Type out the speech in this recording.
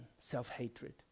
self-hatred